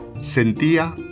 Sentía